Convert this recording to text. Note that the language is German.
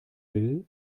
will